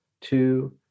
two